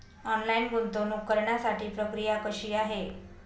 Online गुंतवणूक करण्यासाठी प्रक्रिया कशी आहे?